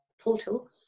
portal